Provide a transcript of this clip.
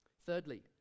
Thirdly